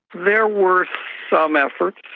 there were some efforts,